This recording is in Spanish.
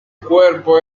cuerpo